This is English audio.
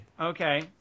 Okay